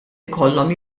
ikollhom